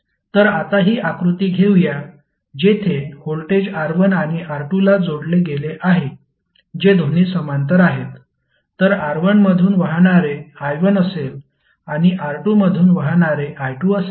तर आता हि आकृती घेऊया जेथे व्होल्टेज R1 आणि R2 ला जोडले गेले आहे जे दोन्ही समांतर आहेत तर R1 मधून वाहणारे i1 असेल आणि R2 मधून वाहणारे i2 असेल